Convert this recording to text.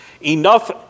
enough